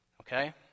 okay